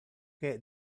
che